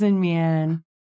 man